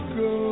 go